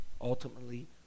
ultimately